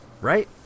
Right